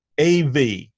AV